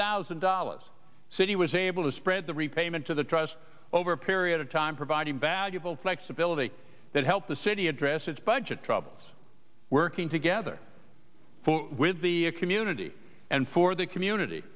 thousand dollars city was able to spread the repayment of the trust over a period of time providing valuable flexibility that helped the city address its budget troubles working together with the community and for the community